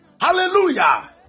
hallelujah